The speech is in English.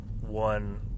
one